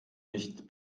nicht